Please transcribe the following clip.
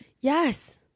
Yes